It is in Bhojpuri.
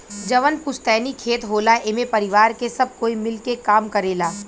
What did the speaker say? जवन पुस्तैनी खेत होला एमे परिवार के सब कोई मिल के काम करेला